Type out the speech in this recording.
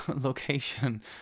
location